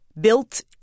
built